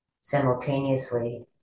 Simultaneously